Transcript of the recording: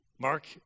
Mark